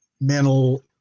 mental